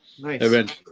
nice